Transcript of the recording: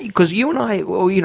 because you and i, or, you know,